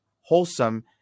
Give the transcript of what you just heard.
wholesome